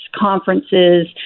conferences